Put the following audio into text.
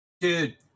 Dude